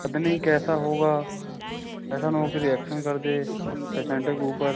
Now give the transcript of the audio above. पता नहीं कैसा होगा ऐसा ना हो कि रिएक्शन कर दे पेसेंट के ऊपर